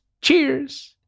Cheers